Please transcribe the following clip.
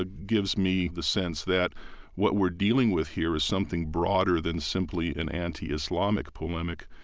ah gives me the sense that what we're dealing with here is something broader than simply an anti-islamic polemic.